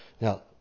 Now